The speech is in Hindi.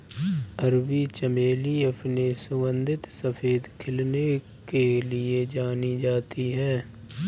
अरबी चमेली अपने सुगंधित सफेद खिलने के लिए जानी जाती है